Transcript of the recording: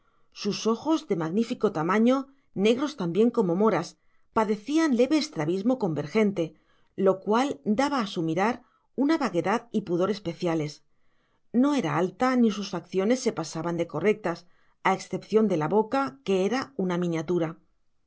sus ojos de magnífico tamaño negros también como moras padecían leve estrabismo convergente lo cual daba a su mirar una vaguedad y pudor especiales no era alta ni sus facciones se pasaban de correctas a excepción de la boca que era una miniatura